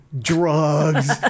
drugs